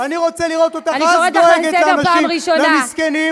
אני קוראת אותך לסדר פעם ראשונה.